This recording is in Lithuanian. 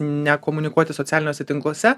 nekomunikuoti socialiniuose tinkluose